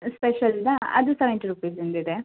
ಸ್ಪೆಷಲ್ದಾ ಅದು ಸೆವೆಂಟಿ ರುಪಿಸಿಂದು ಇದೆ